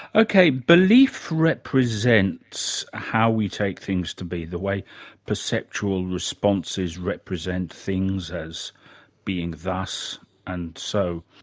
okay, belief represents how we take things to be, the way perceptual responses represent things as being thus and so.